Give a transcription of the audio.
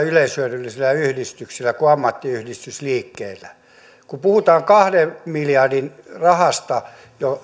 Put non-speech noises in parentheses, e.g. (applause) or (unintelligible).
(unintelligible) yleishyödyllisillä yhdistyksillä kuin ammattiyhdistysliikkeellä kun puhutaan kahden miljardin rahasta